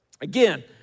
Again